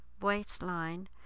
waistline